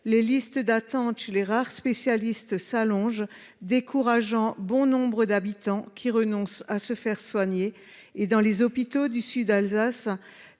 Les listes d’attente chez les rares spécialistes s’allongent, décourageant bon nombre d’habitants qui finissent par renoncer à se faire soigner. Dans les hôpitaux du sud de l’Alsace,